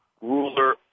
ruler